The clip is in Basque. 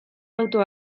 auto